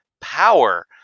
power